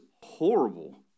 horrible